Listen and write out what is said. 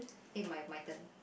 eh my my turn